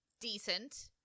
decent